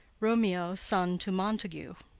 romeo, son to montague.